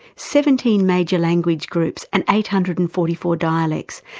seventeen major language groups, and eight hundred and forty four dialects,